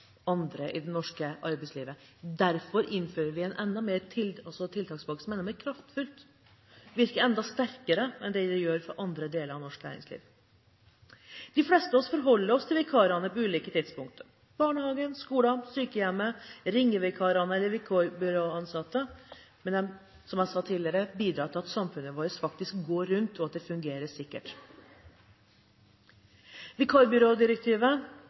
andre i det norske arbeidslivet har. Derfor innfører vi en tiltakspakke som er enda mer kraftfull, som virker enda sterkere enn den gjør for andre deler av norsk næringsliv. De fleste av oss forholder oss til vikarer på ulike tidspunkt – i barnehagen, på skolen, på sykehjemmet. Ringevikarene eller de vikarbyråansatte bidrar, som jeg sa tidligere, til at samfunnet vårt faktisk går rundt, og at det fungerer.